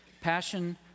passion